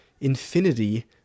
Infinity